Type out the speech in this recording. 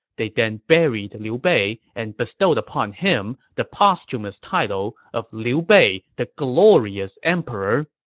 they then buried liu bei and bestowed upon him the posthumous title of liu bei the glorious emperor.